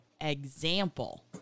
example